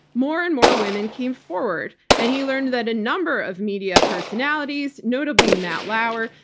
more and more women came forward. and he learned that a number of media personalities, notably matt lauer,